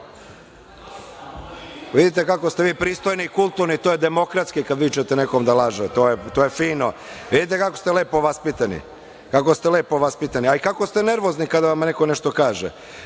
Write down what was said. vidite kako ste vi pristojni i kulturni to je demokratski kada vičete nekom da laže. To je fino, vidite kako ste lepo vaspitani. Kako ste lepo vaspitani, a i kako ste nervozni kada vama neko nešto kaže.